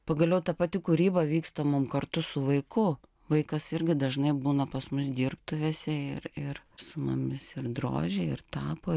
pagaliau ta pati kūryba vyksta mum kartu su vaiku vaikas irgi dažnai būna pas mus dirbtuvėse ir ir su mumis ir drožia ir tapo